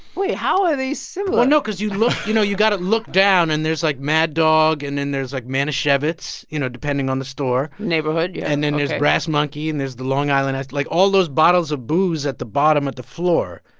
wait. how are they similar? well, no, cause you look you know, you got to look down and there's, like, mad dog and then there's, like, manischewitz, you know, depending on the store neighborhood, yeah and then there's brass monkey, and there's the long island like, all those bottles of booze at the bottom of the floor.